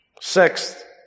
Sixth